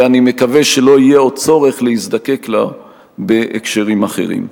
ואני מקווה שלא יהיה עוד צורך להזדקק לה בהקשרים אחרים.